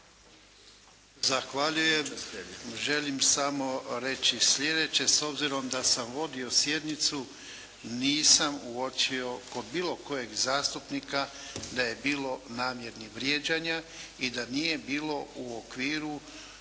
Zahvaljujem. Želim samo reći sljedeće. S obzirom da sam vodio sjednicu, nisam uočio kod bilo kojeg zastupnika da je bilo namjernih vrijeđanja i da nije bilo u okviru